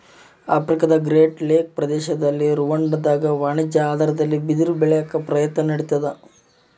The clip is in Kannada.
ಆಫ್ರಿಕಾದಗ್ರೇಟ್ ಲೇಕ್ ಪ್ರದೇಶದ ರುವಾಂಡಾದಾಗ ವಾಣಿಜ್ಯ ಆಧಾರದಲ್ಲಿ ಬಿದಿರ ಬೆಳ್ಯಾಕ ಪ್ರಯತ್ನ ನಡಿತಾದ